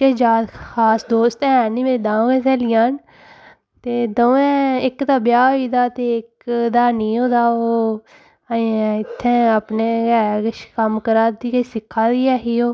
किश जागत खास दोस्त हैन नी मेरे दो गै स्हेलियां न ते दवें इक दा ब्याह् होई गेदा ते इक दा नेईं होए दा ओह् अजें इत्थें गै अपने गै किश कम्म करै दी किश सिक्खा दी ऐ ही ओह्